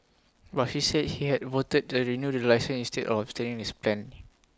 but she said he had voted to renew the licence instead of abstaining as planned